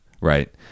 Right